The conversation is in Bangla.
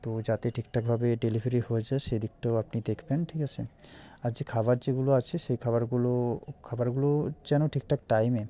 তো যাতে ঠিকঠাকভাবে ডেলিভেরি হয়ে যায় সেদিকটাও আপনি দেখবেন ঠিক আছে আর যে খাবার যেগুলো আছে সেই খাবারগুলো খাবারগুলো যেন ঠিকঠাক টাইমে